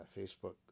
Facebook